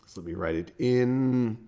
let me write it in.